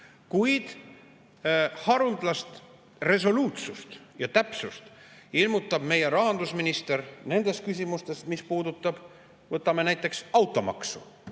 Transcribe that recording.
Kuid haruldast resoluutsust ja täpsust ilmutab meie rahandusminister nendes küsimustes, mis puudutavad näiteks automaksu.